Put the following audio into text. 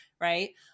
right